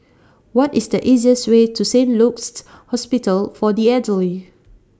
What IS The easiest Way to Saint Luke's Hospital For The Elderly